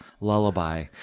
lullaby